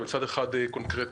ומצד שני קונקרטיות.